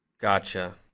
Gotcha